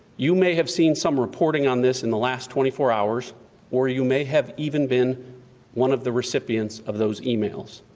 you may have seen some reporting on this in the last twenty four hours where you may have even been one of the recipients of those emails.